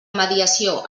mediació